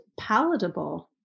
palatable